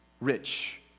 rich